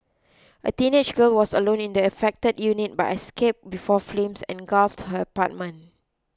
a teenage girl was alone in the affected unit but escape before flames engulfed her apartment